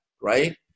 right